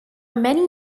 many